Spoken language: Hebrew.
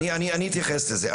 אני אתייחס לזה.